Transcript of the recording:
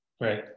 Right